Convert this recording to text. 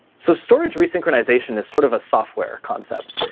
so storage re-synchronization is sort of a software concept.